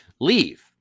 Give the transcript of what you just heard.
leave